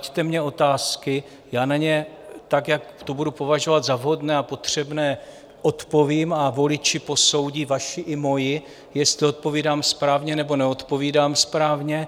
Klaďte mně otázky, já na ně tak, jak to budu považovat za vhodné a potřebné, odpovím a voliči posoudí, vaši i moji, jestli odpovídám správně nebo neodpovídám správně.